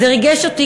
זה ריגש אותי,